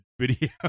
video